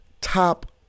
top